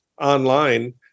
online